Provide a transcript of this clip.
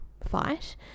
fight